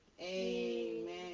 Amen